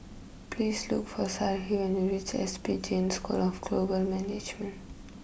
please look for Sarahi when you reach S P Jain School of Global Management